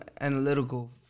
analytical